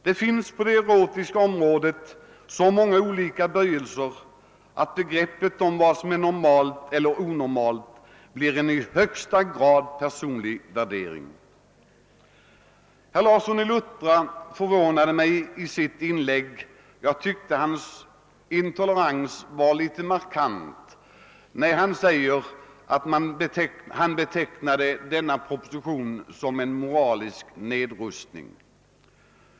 Det finns på det erotiska området så många olika böjelser att begreppen om vad som är normalt eller onormalt blir i högsta grad personliga värderingar. Herr Larsson i Luttra förvånade mig genom sitt inlägg. Jag tyckte att hans intolerans var markant när han betecknade förevarande proposition som en moralisk nedrustning.